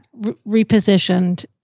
repositioned